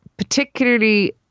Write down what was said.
Particularly